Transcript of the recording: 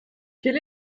quel